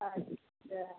अच्छा